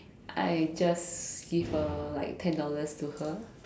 I just give her like ten dollars to her